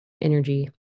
energy